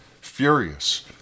furious